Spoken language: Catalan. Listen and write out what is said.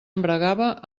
embragava